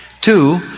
Two